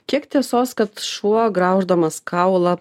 kiek tiesos kad šuo grauždamas kaulą